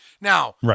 Now